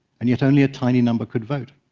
and yet, only a tiny number could vote.